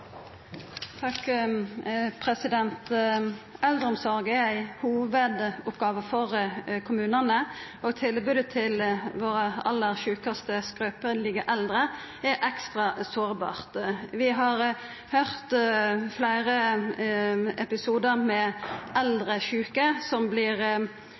Eldreomsorg er ei hovudoppgåve for kommunane. Tilbodet til våre aller sjukaste skrøpelege eldre er ekstra sårbart. Vi har høyrt om fleire episodar med eldre sjuke som